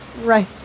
Right